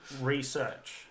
Research